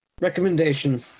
recommendation